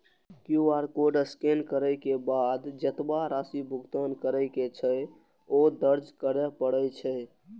QR code scan करै के बाद जेतबा राशि भुगतान करै के छै, ओ दर्ज करय पड़ै छै